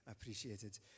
appreciated